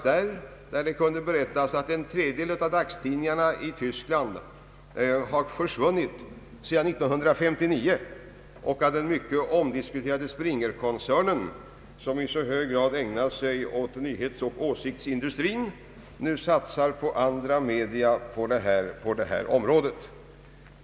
Det berättades att en tredjedel av dagstidningarna i Tyskland försvunnit sedan 1959 och att den mycket omdiskuterade Springerkoncernen, som i så hög grad ägnat sig åt nyhetsoch åsiktsindustrin, nu satsar på andra media på detta område.